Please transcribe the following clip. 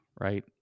Right